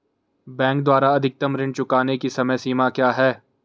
Bank द्वारा अधिकतम ऋण चुकाने की समय सीमा क्या है?